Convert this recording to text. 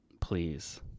please